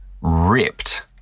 ripped